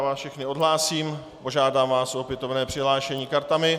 Já vás všechny odhlásím a požádám vás o opětovné přihlášení kartami.